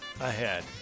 ahead